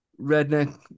Redneck